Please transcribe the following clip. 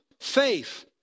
faith